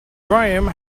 graham